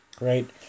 Right